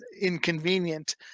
inconvenient